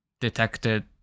detected